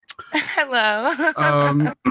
hello